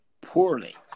poorly